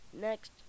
Next